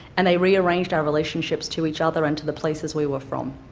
and they rearranged our relationships to each other and to the places we were from.